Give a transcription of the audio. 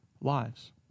lives